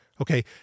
Okay